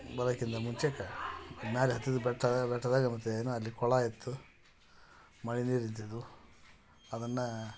ಬರೋಕಿಂತ ಮುಂಚೆಗೆ ಅದು ಮೇಲೆ ಹತ್ತಿದ್ದು ಬೆಟ್ಟ ಬೆಟ್ಟದಾಗೆ ಮತ್ತೆ ಏನು ಅಲ್ಲಿ ಕೊಳ ಇತ್ತು ಮಳೆ ನೀರು ಇರ್ತಿದ್ದವು ಅದನ್ನು